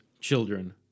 children